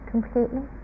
completely